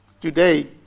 today